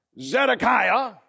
Zedekiah